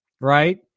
right